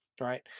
right